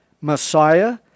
Messiah